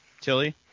Tilly